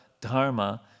Dharma